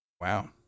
Wow